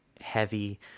heavy